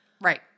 Right